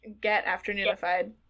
getafternoonified